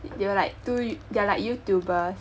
they were like tw~ they are like youtubers